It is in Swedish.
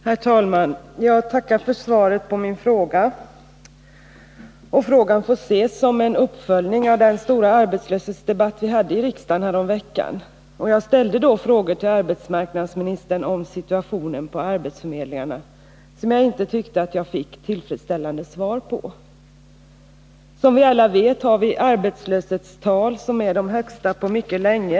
Herr talman! Jag tackar för svaret på min fråga. Den får ses som en uppföljning av den stora arbetslöshetsdebatt vi hade i riksdagen häromveckan. Jag ställde då frågor till arbetsmarknadsministern om situationen på ' arbetsförmedlingarna som jag inte tyckte att jag fick tillfredsställande svar påa Som alla vet har vi arbetslöshetstal som är de högsta på mycket länge.